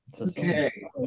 Okay